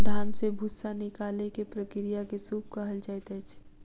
धान से भूस्सा निकालै के प्रक्रिया के सूप कहल जाइत अछि